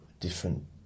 Different